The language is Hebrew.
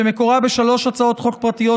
שמקורה בשלוש הצעות חוק פרטיות,